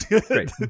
Great